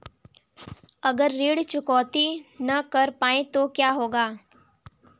अगर ऋण चुकौती न कर पाए तो क्या होगा?